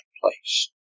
place